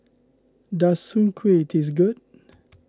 does Soon Kway taste good